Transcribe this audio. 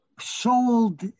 sold